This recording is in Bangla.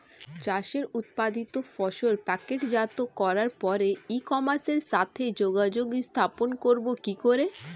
চাষের উৎপাদিত ফসল প্যাকেটজাত করার পরে ই কমার্সের সাথে যোগাযোগ স্থাপন করব কি করে?